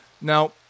Now